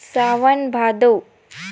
सावन भादो